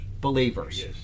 Believers